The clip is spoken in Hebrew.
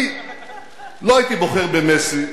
אני לא הייתי בוחר במסי,